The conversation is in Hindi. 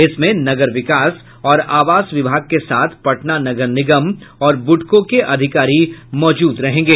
इसमें नगर विकास और आवास विभाग के साथ पटना नगर निगम और बुडको के अधिकारी मौजूद रहेंगे